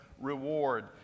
reward